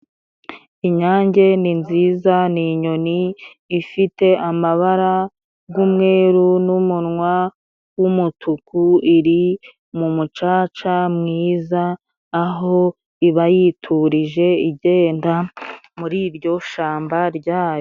Inyange ni nziza ni inyoni ifite amabara g'umweru n'umunwa g'umutuku iri mu mucaca mwiza, aho iba yiturije igenda muri iryo shamba ryayo.